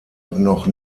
noch